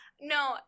No